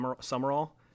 Summerall